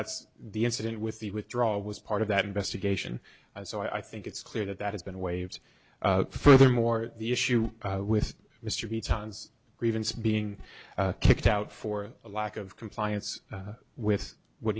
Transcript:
that's the incident with the withdrawal was part of that investigation so i think it's clear that that has been waived furthermore the issue with mr b tons grievance being kicked out for a lack of compliance with what